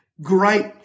great